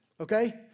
Okay